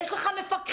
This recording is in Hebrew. יש לך מפקחים,